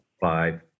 Five